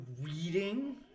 reading